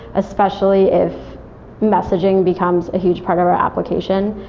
especially if messaging becomes a huge part of our application.